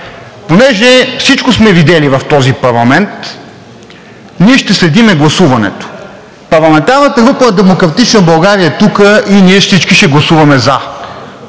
понеже всичко сме видели в този парламент, ние ще следим гласуването. Парламентарната група на „Демократична България“ е тук и ние всички ще гласуваме „за“.